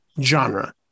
genre